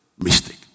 Mistake